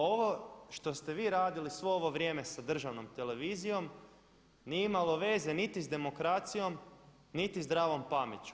Ovo što ste vi radili svo ovo vrijeme sa državnom televizijom nije imalo veze niti sa demokracijom, niti zdravom pameću.